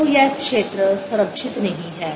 तो यह क्षेत्र संरक्षित नहीं है